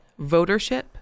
votership